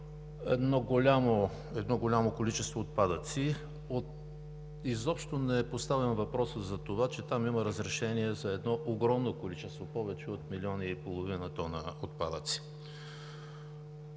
голямо количество отпадъци. Изобщо не поставям въпроса за това, че там има разрешение за едно огромно количество – повече от 1,5 млн. тона отпадъци.